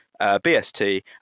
BST